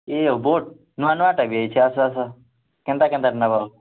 ଇଏ ବୁଟ୍ ନୂଆ ନୂଆଟା ବି ହେଇଛି ଆସ ଆସ କେନ୍ତା କେନ୍ତାଟା ନେବ